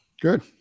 Good